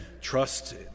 Trust